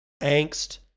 angst